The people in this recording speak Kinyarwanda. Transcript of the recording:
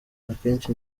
akenshi